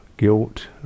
guilt